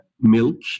milk